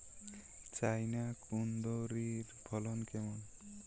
China কুঁদরীর ফলন কেমন?